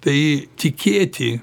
tai tikėti